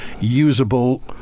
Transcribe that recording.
usable